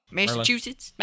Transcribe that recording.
Massachusetts